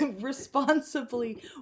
responsibly